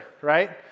right